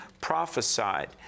prophesied